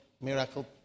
miracle